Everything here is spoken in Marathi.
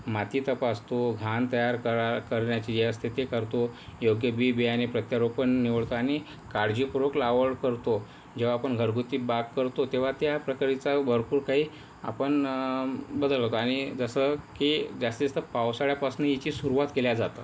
माती तपासतो घाण तयार करा करण्याची जे असते ते करतो योग्य बी बियाणे प्रत्यारोपण निवडतो आणि काळजीपूर्वक लागवड करतो जेव्हा पण घरगुती बाग करतो तेव्हा त्या प्रकारचा भरपूर काही आपण बदल करतो आणि जसं की जास्तीत जास्त पावसाळ्यापासनं याची सुरवात केली जाते